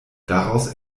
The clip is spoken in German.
daraus